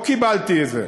לא קיבלתי את זה,